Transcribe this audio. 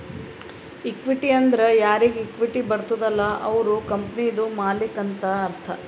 equity ಅಂದುರ್ ಯಾರಿಗ್ equity ಬರ್ತುದ ಅಲ್ಲ ಅವ್ರು ಕಂಪನಿದು ಮಾಲ್ಲಿಕ್ ಅಂತ್ ಅರ್ಥ